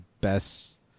best